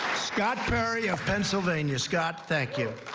scott perry of pennsylvania, scott, thank you.